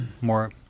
more